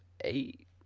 eight